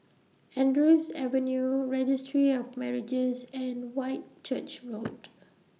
Andrews Avenue Registry of Marriages and Whitchurch Road